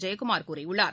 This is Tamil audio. ஜெயக்குமா் கூறியுள்ளார்